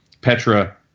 Petra